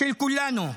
של כולנו,